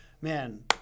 Man